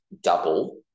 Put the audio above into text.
double